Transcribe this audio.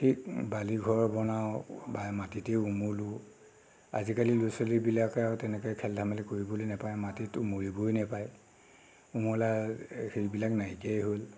সে বালিঘৰ বনাওঁ বা মাটিতে ওমলোঁ আজিকালি ল'ৰা ছোৱালীবিলাকে তেনেকৈ খেল ধেমালি কৰিবলৈ নাপায় মাটিত ওমলিবই নাপায় ওমলা হেৰিবিলাক নাইকিয়াই হ'ল